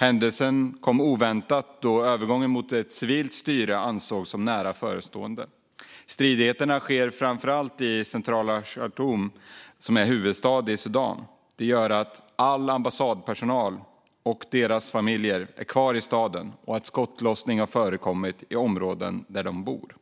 Händelsen kom oväntat, då övergången till ett civilt styre ansågs nära förestående. Stridigheterna sker framför allt i centrala Khartoum som är huvudstad i Sudan. Det gör att all ambassadpersonal och deras familjer är kvar i staden och att skottlossning förekommit i områden där de bor.